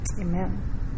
amen